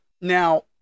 now